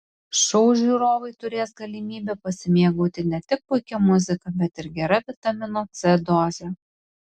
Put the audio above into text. šou žiūrovai turės galimybę pasimėgauti ne tik puikia muzika bet ir gera vitamino c doze